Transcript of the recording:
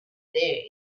there